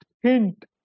hint